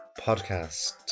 podcast